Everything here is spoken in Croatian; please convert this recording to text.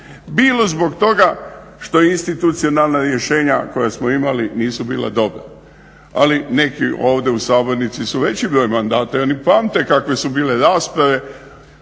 bilo zbog toga što institucionalna rješenja koja smo imali nisu bila dobra. Ali neki ovdje u sabornici su veći broj mandata i oni pamte kakve su bile rasprave